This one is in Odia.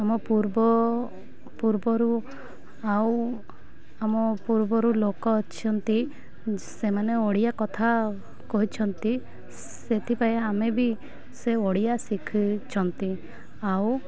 ଆମ ପୂର୍ବ ପୂର୍ବରୁ ଆଉ ଆମ ପୂର୍ବରୁ ଲୋକ ଅଛନ୍ତି ସେମାନେ ଓଡ଼ିଆ କଥା କହିଛନ୍ତି ସେଥିପାଇଁ ଆମେ ବି ସେ ଓଡ଼ିଆ ଶିଖିଛନ୍ତି ଆଉ